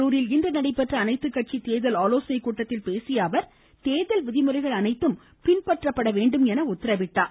கரூரில் இன்று நடைபெற்ற அனைத்துக் கட்சி தேர்தல் ஆலோனைக் கூட்டத்தில் பேசிய அவர் தேர்தல் விதிமுறைகள் அனைத்தும் பின்பற்றப்பட வேண்டும் என உத்தரவிட்டார்